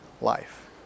life